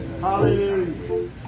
Hallelujah